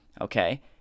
okay